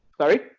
Sorry